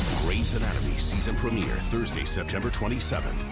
grey's anatomy season premiere thursday, september twenty seventh.